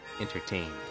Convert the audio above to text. entertained